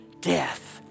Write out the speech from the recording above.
death